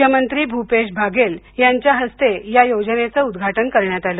मुख्यमंत्री भूपेश भागेल यांच्या हस्ते या योजनेचं उद्घाटन करण्यात आलं